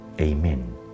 Amen